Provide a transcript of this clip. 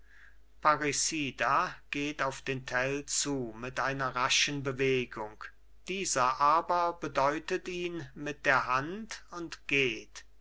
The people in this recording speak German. geht auf den tell zu mit einer raschen bewegung dieser aber bedeutet ihn mit der hand und geht